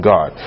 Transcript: God